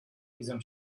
هیزم